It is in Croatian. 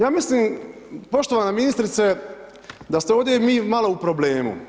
Ja mislim poštovana ministrice da ste ovdje vi malo u problemu.